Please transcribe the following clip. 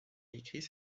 écrit